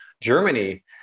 germany